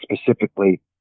specifically